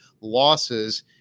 losses